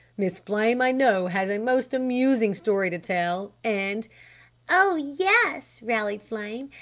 miss flame i know has a most amusing story to tell and oh, yes! rallied flame.